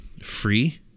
free